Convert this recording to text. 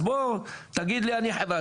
אז בוא תגיד לי אדוני הנכבד,